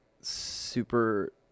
super